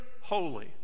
holy